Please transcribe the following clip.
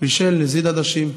בישל נזיד עדשים.